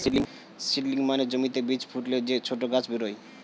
seedling মানে জমিতে বীজ ফুটলে যে ছোট গাছ বেরোয়